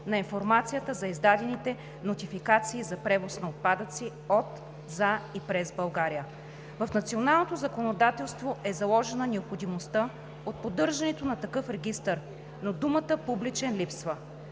на информацията за издадените нотификации за превоз на отпадъци от, за и през България. В националното законодателство е заложена необходимостта от поддържането на такъв регистър, но думата „публичен“ липсва.